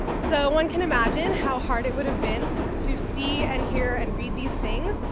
so one can imagine how hard it would have been to see and hear and read these things,